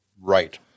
Right